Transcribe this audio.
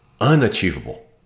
Unachievable